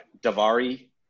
davari